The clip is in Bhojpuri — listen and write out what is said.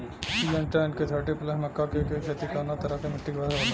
सिंजेंटा एन.के थर्टी प्लस मक्का के के खेती कवना तरह के मिट्टी पर होला?